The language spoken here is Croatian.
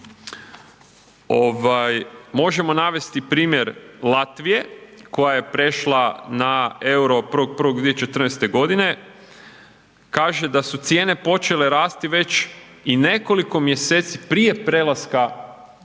možemo navesti primjer Latvije koja je prešla na EUR-o 1.1.2014. godine kaže da su cijene počele rasti već i nekoliko mjeseci prije prelaska na